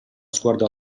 sguardo